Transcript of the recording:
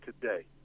today